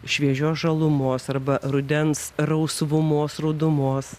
šviežios žalumos arba rudens rausvumos rudomos